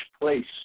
place